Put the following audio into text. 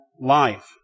life